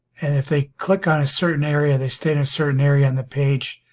and if they click on a certain area they stay in a certain area on the page